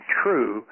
true